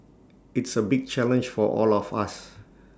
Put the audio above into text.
it's A big challenge for all of us